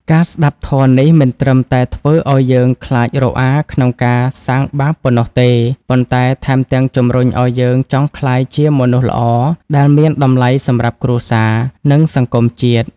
ការស្ដាប់ធម៌នេះមិនត្រឹមតែធ្វើឱ្យយើងខ្លាចរអាក្នុងការសាងបាបប៉ុណ្ណោះទេ ប៉ុន្តែថែមទាំងជំរុញឱ្យយើងចង់ក្លាយជាមនុស្សល្អដែលមានតម្លៃសម្រាប់គ្រួសារ និងសង្គមជាតិ។